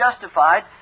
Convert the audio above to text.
justified